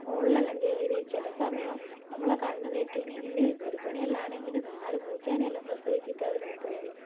മോളിലെല്ലാം കയറി ചില സമയോം നമ്മള കണ്ണ് തെറ്റിനെങ്കിൽ ഗർഭിണികളാണെങ്കിൽ നാല് പൂച്ചേനെല്ലാം പ്രസവിച്ചിട്ടാ ഇവിടുന്ന് പോകുന്നത്